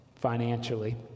financially